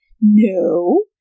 No